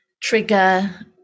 trigger